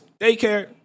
daycare